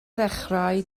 ddechrau